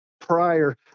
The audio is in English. prior